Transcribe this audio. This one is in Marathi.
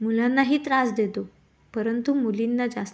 मुलांनाही त्रास देतो परंतु मुलींना जास्त